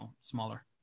smaller